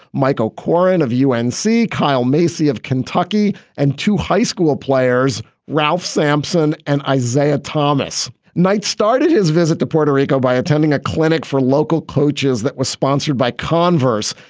michael currin of u. n. c. kyle massey of kentucky. and two high school players, ralph sampson and isaiah thomas. knight started his visit to puerto rico by attending a clinic for local coaches that was sponsored by converse,